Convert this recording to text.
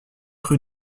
rue